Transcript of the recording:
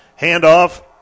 handoff